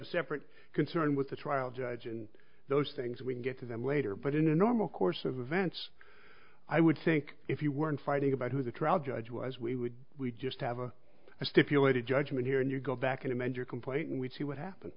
a separate concern with the trial judge and those things we can get to them later but in a normal course of events i would sink if you weren't fighting about who the trial judge was we would we just have a stipulated judgment here and you go back and amend your complaint and we'd see what happened